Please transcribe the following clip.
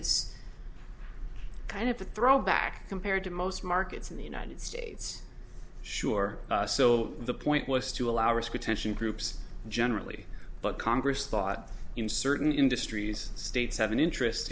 is kind of a throwback compared to most markets in the united states sure so the point was to allow risk retention groups generally but congress thought in certain industries states have an interest